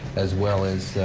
as well as,